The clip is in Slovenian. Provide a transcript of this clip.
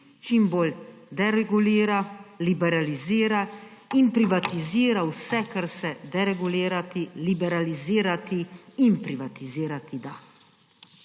čim bolj deregulira, liberalizira in privatizira vse, kar se deregulirati, liberalizirati in privatizirati da.